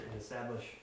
establish